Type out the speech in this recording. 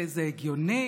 זה הגיוני?